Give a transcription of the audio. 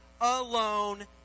alone